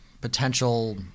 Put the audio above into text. potential